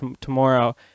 tomorrow